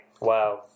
Wow